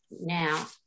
Now